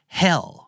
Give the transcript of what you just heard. hell